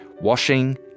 Washing